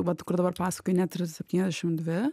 vat kur dabar pasakojai net ir septyniasdešim dvi